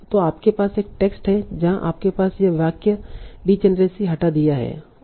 तो आपके पास एक टेक्स्ट हैं जहाँ आपके पास यह वाक्य डीजेनेरसी हटा दिया है